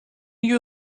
you